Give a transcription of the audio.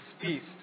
feast